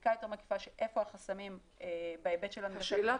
לבדיקה יותר מקיפה איפה החסמים בהיבט של --- השאלה